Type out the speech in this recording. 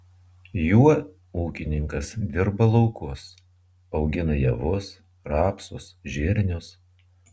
juo ūkininkas dirba laukus augina javus rapsus žirnius